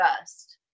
first